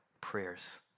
prayers